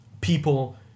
people